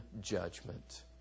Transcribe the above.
judgment